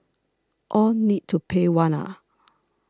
all need to pay one ah